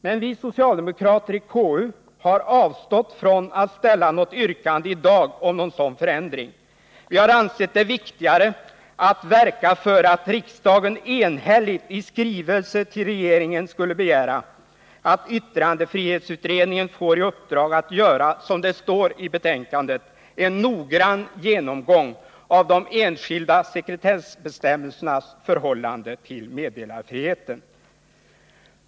Men vi socialdemokrater i konstitutionsutskottet har avstått från att ställa något yrkande i dag om en sådan förändring. Vi har ansett det viktigare att verka för att riksdagen enhälligt i skrivelse till regeringen begär att yttrandefrihetsutredningen får i uppdrag att göra — som det står i betänkandet — ”en noggrann genomgång av de enskilda sekretessbestämmelsernas förhållande till meddelarfriheten”.